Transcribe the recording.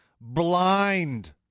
blind